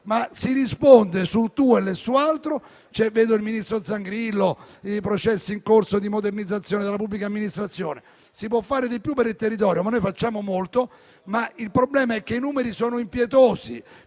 Si risponde sul TUEL e su altro (vedo il ministro Zangrillo), sui processi in corso di modernizzazione della pubblica amministrazione. Si può fare di più per il territorio, ma noi già facciamo molto. Il problema è che i numeri sono impietosi